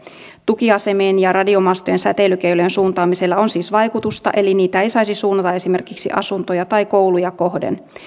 tukiasemien ja radiomastojen säteilykeilojen suuntaamisella on siis vaikutusta eli niitä ei saisi suunnata esimerkiksi asuntoja tai kouluja kohden